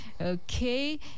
okay